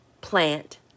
plant